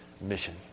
mission